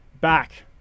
back